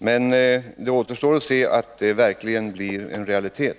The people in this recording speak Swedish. Men det återstår att se om det blir en realitet.